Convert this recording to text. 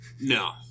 No